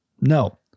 No